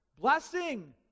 Blessing